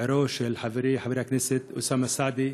עירו של חברי חבר הכנסת אוסאמה סעדי,